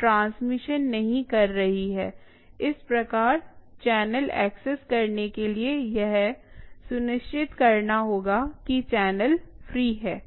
transmission नहीं कर रही है इस प्रकार चैनल एक्सेस करने के लिए यह सुनिश्चित करना होगा कि चैनल फ्री है